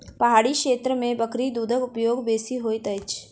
पहाड़ी क्षेत्र में बकरी दूधक उपयोग बेसी होइत अछि